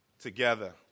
together